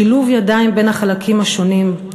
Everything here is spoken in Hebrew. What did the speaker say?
שילוב ידיים בין החלקים השונים,